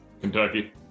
Kentucky